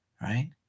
right